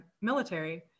military